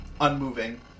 unmoving